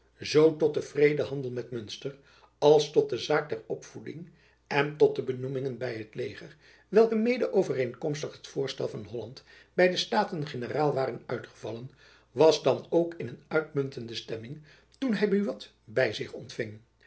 zoo tot den vredehandel met munster als tot de zaak der opvoeding en tot de benoemingen jacob van lennep elizabeth musch by t leger welke mede overeenkomstig het voorstel van holland by de staten-generaal waren uitgevallen was dan ook in een uitmuntende stemming toen hy buat by zich ontfing